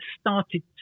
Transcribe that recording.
started